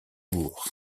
bourgs